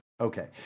Okay